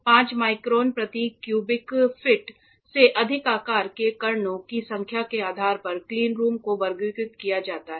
5 micron प्रति cubic feet से अधिक आकार के कणों की संख्या के आधार पर क्लीनरूम को वर्गीकृत किया जाता है